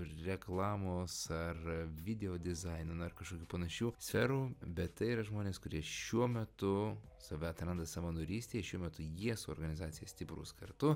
reklamos ar video dizaino na ar kažkokių panašių sferų bet tai yra žmonės kurie šiuo metu save atranda savanorystėj šiuo metu jie su organizacija stiprus kartu